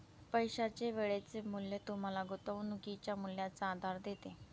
पैशाचे वेळेचे मूल्य तुम्हाला गुंतवणुकीच्या मूल्याचा आधार देते